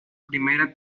primera